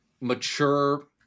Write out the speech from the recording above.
mature